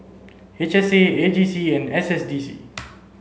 H S A A J C and S D C